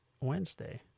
Wednesday